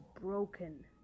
broken